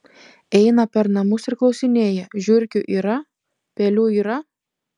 eina per namus ir klausinėja žiurkių yra pelių yra